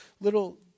little